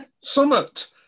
summit